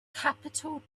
capital